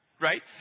Right